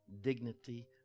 dignity